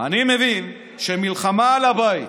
אני מבין שמלחמה על הבית,